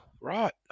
right